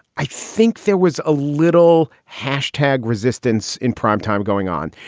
i think there was a little hashtag resistance in primetime going on.